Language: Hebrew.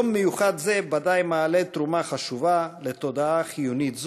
יום מיוחד זה ודאי מעלה תרומה חשובה לתודעה חיונית זו.